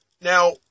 Now